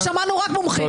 ושמענו רק מומחים.